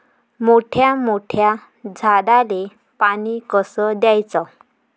मोठ्या मोठ्या झाडांले पानी कस द्याचं?